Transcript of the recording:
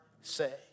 say